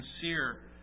sincere